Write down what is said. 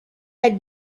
had